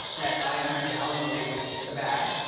that i am devaluing the bag.